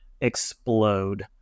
explode